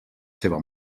seva